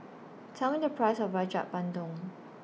Tell Me The Price of Rojak Bandung